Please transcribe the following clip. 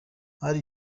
hari